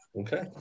Okay